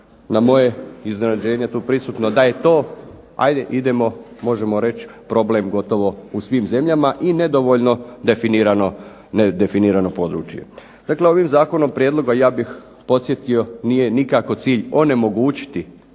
na moje iznenađenje tu prisutno, da je to ajde idemo, možemo reći problem gotovo u svim zemljama i nedovoljno nedefinirano područje. Dakle, ovim zakonom prijedloga ja bih podsjetio nije nikako cilj onemogućiti